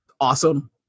awesome